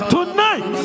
Tonight